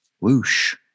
whoosh